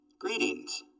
Greetings